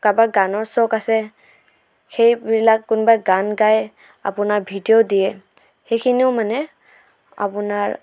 কাৰোবাক গানৰ চখ আছে সেইবিলাক কোনোবাই গান গায় আপোনাৰ ভিডিঅ' দিয়ে সেইখিনিও মানে আপোনাৰ